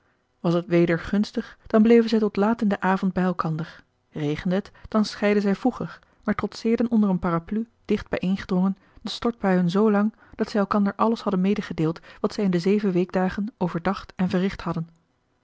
was het weder gunstig dan bleven zij tot laat in den avond bij elkander regende het dan scheidden zij vroeger maar trotseerden onder marcellus emants een drietal novellen een parapluie dicht bijeengedrongen de stortbuien zoolang dat zij elkander alles hadden medegedeeld wat zij in de zeven weekdagen overdacht en verricht hadden